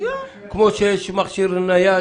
כמו שיש מכשיר נייד,